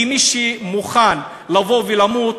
כי מי שמוכן לבוא ולמות,